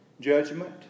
judgment